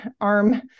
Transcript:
arm